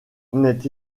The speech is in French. n’est